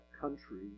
country